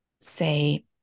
say